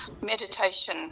meditation